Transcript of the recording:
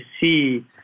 see